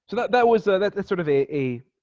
so that that was that that sort of a a